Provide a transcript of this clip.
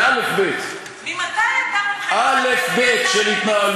תשמע את התשובה, זה אלף-בית, אלף-בית של התנהלות.